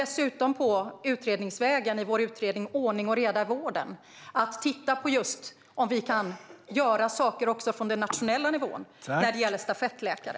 Dessutom är det en utredning, Ordning och reda i vården, som håller på att se över om man kan göra saker på den nationella nivån när det gäller stafettläkare.